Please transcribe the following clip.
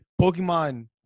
Pokemon